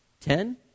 Ten